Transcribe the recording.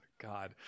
God